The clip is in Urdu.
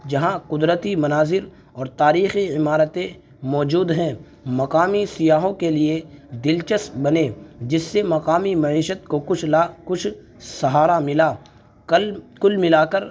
جہاں قدرتی مناظر اور تاریخی عمارتیں موجود ہیں مقامی سیاحوں کے لیے دلچسپ بنے جس سے مقامی معیشت کو کچھ نا کچھ سہارا ملا کل کل ملا کر